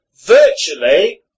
virtually